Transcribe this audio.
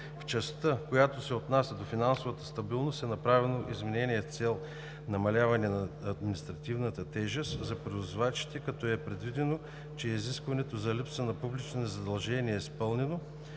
В частта, която се отнася до финансовата стабилност, е направено изменение с цел намаляване на административната тежест за превозвачите, като е предвидено, че изискването за липса на публични задължения е изпълнено,